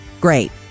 Great